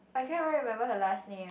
I can't even remember her last name